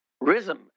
rhythm